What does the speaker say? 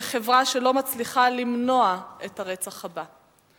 כחברה שלא מצליחה למנוע את הרצח הבא.